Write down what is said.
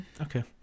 Okay